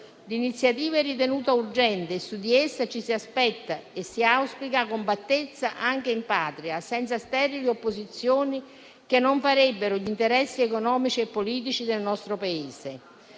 L'iniziativa è ritenuta urgente e su di essa ci si aspetta e si auspica compattezza anche in Patria, senza sterili opposizioni che non farebbero gli interessi economici e politici del nostro Paese.